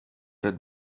red